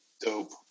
Dope